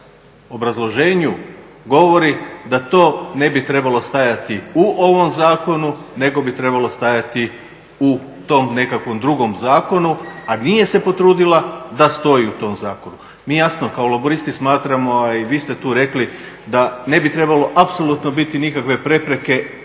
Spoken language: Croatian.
obrazloženju govori da to ne bi trebalo stajati u ovom zakonu nego bi trebalo stajati u tom nekakvom drugom zakonu a nije se potrudila da stoji u tom zakonu. Mi jasno kao laburisti smatramo a i vi ste tu rekli da ne bi trebalo apsolutno biti nikakve prepreke da on